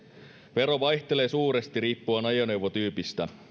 vero vaihtelee suuresti riippuen ajoneuvotyypistä